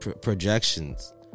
projections